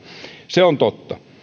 se on totta